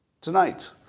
tonight